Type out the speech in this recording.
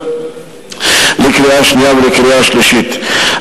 לקריאה השנייה ולקריאה השלישית.